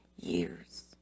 years